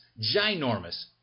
ginormous